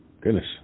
Goodness